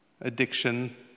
addiction